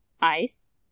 ice